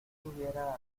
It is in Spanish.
hubiera